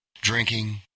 Drinking